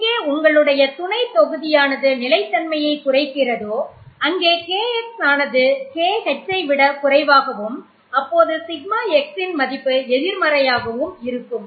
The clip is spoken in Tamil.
எங்கே உங்களுடைய துணை தொகுதியானது நிலைத்தன்மையை குறைக்கிறதோ அங்கே KX ஆனது KH விட குறைவாகவும் அப்போது σx இன் மதிப்பு எதிர்மறையாகவும் இருக்கும்